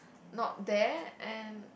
not there and